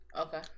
Okay